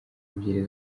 ebyiri